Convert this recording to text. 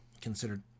considered